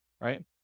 Right